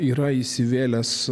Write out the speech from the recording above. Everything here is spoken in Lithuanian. yra įsivėlęs